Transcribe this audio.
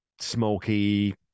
smoky